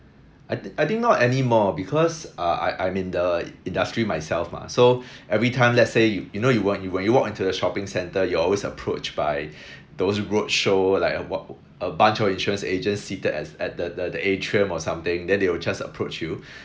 I think I think not anymore because uh I I'm in the industry myself mah so every time let's say you you know when you when you walk into the shopping centre you're always approached by those roadshow like a bunch of insurance agents seated as at the the the atrium or something then they will just approach you